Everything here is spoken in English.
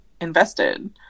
invested